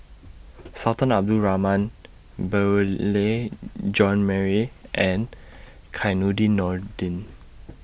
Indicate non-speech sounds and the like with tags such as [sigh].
[noise] Sultan Abdul Rahman Beurel Jean Marie and [unintelligible] Nordin